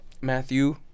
Matthew